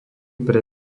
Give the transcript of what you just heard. pre